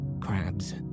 crabs